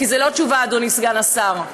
כי זו לא תשובה אדוני סגן השר.